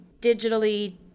digitally